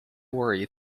worried